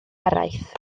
araith